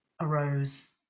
arose